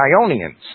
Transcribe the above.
Ionians